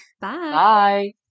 Bye